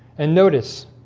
and notice